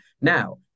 Now